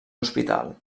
hospital